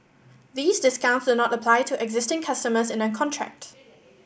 these discounts do not apply to existing customers in a contract